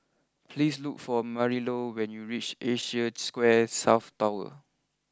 please look for Marilou when you reach Asia Square South Tower